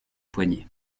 poignets